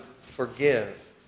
forgive